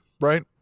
right